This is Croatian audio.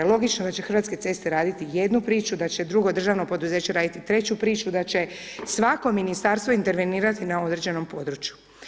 Logično da će Hrvatske ceste raditi jednu priču, da će drugo državno poduzeće raditi treću priču, da će svako ministarstvo intervenirati na određenom području.